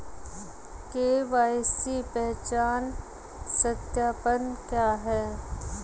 KYC पहचान सत्यापन क्या है?